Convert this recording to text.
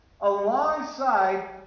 alongside